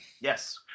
Yes